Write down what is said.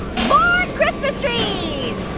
ah christmas trees!